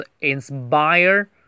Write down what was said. Inspire